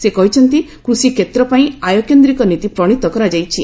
ସେ କହିଚନ୍ତି କୃଷିକ୍ଷେତ୍ର ପାଇଁ ଆୟ କେନ୍ଦ୍ରିକ ନୀତି ପ୍ରଣୀତ କରାଯାଇଛି